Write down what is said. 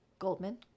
Goldman